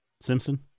Simpson